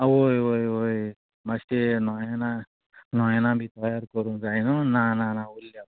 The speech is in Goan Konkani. आवय वोय वोय मातशें तें नोयाना नोयाना बी तयार करूंक जाय न्हू ना ना ना उल्ल्या